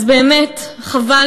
אז באמת, חבל